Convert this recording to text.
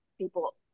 people